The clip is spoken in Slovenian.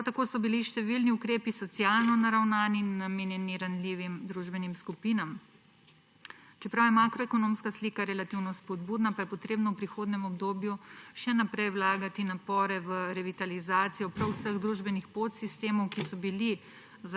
Prav tako so bili številni ukrepi socialno naravnani in namenjeni ranljivim družbenim skupinam. Čeprav je makroekonomska slika relativno spodbudna, pa je treba v prihodnjem obdobju še naprej vlagati napore v revitalizacijo prav vseh družbenih podsistemov, ki so bili